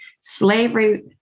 Slavery